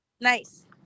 Nice